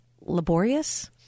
laborious